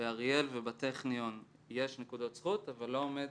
באריאל ובטכניון יש נקודות זכות אבל לא עומד